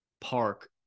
park